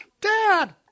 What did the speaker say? dad